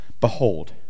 Behold